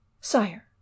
Sire